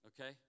Okay